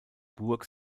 burg